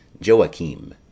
Joachim